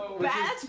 bad